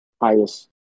highest